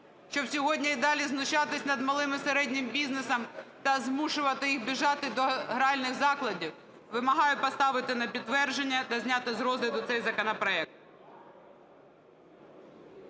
щоб сьогодні і далі знущатись над малим і середнім бізнесом та змушувати їх бігти до гральних закладів? Вимагаю поставити на підтвердження та зняти з розгляду цей законопроект.